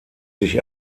sich